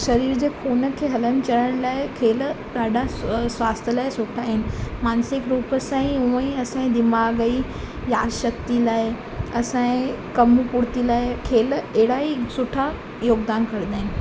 शरीर जे खून खे हलणु चलण लाइ खेल ॾाढा स्वास्थ्य लाइ सुठा आहिनि मानसिक रूप सां ई उह ई असां ई दिमाग़ ई यादि शक्ति लाइ असांजे कमु पूर्ति लाइ खेल अहिड़ा ई सुठा योगदान कंदा आहिनि